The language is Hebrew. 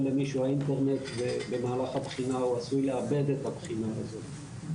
למישהו האינטרנט במהלך הבחינה הוא עשוי לאבד את הבחינה הזאת.